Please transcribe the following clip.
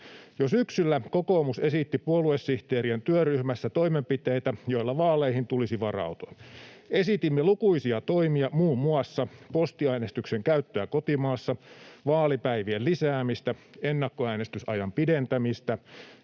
Jo syksyllä kokoomus esitti puoluesihteerien työryhmässä toimenpiteitä, joilla vaaleihin tulisi varautua. Esitimme lukuisia toimia, muun muassa postiäänestyksen käyttöä kotimaassa, vaalipäivien lisäämistä, ennakkoäänestysajan pidentämistä,